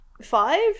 five